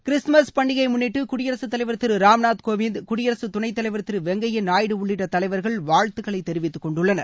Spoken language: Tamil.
கிறிஸ்துமஸ் பண்டிகையை முன்னிட்டு குடியரத் தலைவர் திரு ராம்நாத் கோவிந்த் குடியரசுத் துணைத் தலைவர் திரு வெங்கப்யா நாயுடு உள்ளிட்ட தலைவர்கள் வாழ்த்துகளை தெரிவித்துக்கொண்டுள்ளனர்